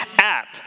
app